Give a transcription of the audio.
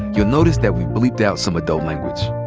you'll notice that we've bleeped out some adult language.